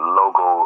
logo